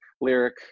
Lyric